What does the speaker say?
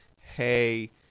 hey